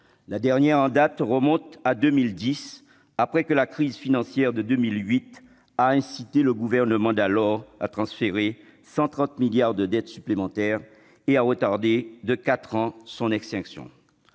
La dernière en date remonte à 2010 après que la crise financière de 2008 a incité le gouvernement d'alors à transférer 130 milliards d'euros de dettes supplémentaires et à retarder son extinction